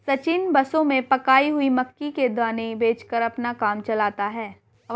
सचिन बसों में पकाई हुई मक्की के दाने बेचकर अपना काम चलाता है